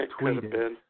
tweeted